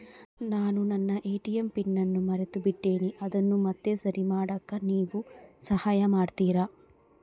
ನಾನು ನನ್ನ ATM PIN ಅನ್ನು ಮರೆತುಬಿಟ್ಟೇನಿ ಅದನ್ನು ಮತ್ತೆ ಸರಿ ಮಾಡಾಕ ನೇವು ಸಹಾಯ ಮಾಡ್ತಿರಾ?